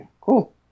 Cool